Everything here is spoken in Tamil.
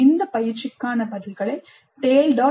இந்தப் பயிற்சிக்கான பதில்களை tale